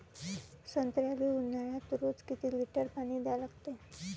संत्र्याले ऊन्हाळ्यात रोज किती लीटर पानी द्या लागते?